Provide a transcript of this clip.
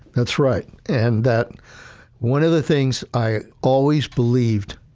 that's right. and that one of the things i always believed,